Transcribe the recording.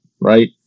right